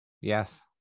Yes